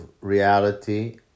reality